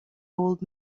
old